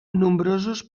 nombrosos